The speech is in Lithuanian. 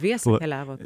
dviese keliavot